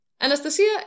Anastasia